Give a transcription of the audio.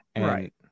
Right